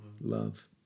love